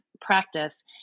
practice